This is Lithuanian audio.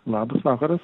labas vakaras